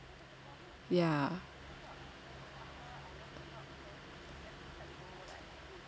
yeah